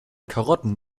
karotten